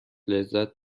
لذت